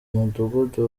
mudugudu